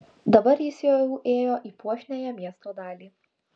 dabar jis jau įėjo į puošniąją miesto dalį